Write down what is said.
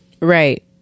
right